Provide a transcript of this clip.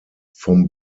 vom